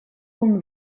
kun